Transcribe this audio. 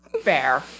Fair